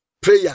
prayer